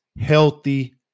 healthy